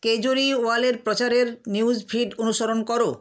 কেজরিওয়ালের প্রচারের news feed অনুসরণ করো